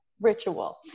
ritual